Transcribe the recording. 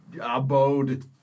abode